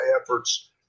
efforts